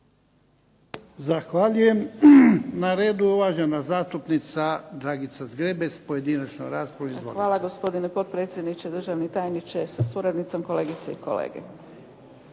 Zahvaljujem. Na redu je uvažena zastupnica Dragica Zgrebec, pojedinačna rasprava. Izvolite. **Zgrebec, Dragica (SDP)** Hvala, gospodine potpredsjedniče. Državni tajniče sa suradnicom, kolegice i kolege.